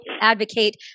advocate